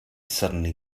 suddenly